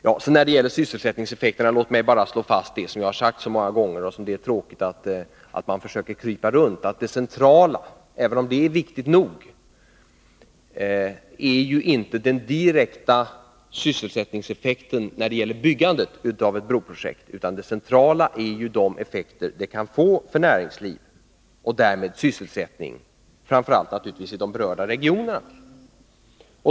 Låt mig när det gäller sysselsättningseffekterna bara slå fast något som jag har sagt många gånger och som det är tråkigt att man försöker krypa runt: Det centrala är inte den direkta sysselsättningseffekten när det gäller byggandet av en bro, även om den är viktig nog, utan det är de effekter den kan få för näringsliv och därmed sysselsättning, framför allt naturligtvis i de berörda regionerna.